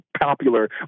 popular